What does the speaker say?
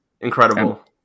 Incredible